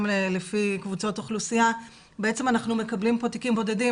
לפי קבוצות אוכלוסייה אנחנו מקבלים פה תיקים בודדים.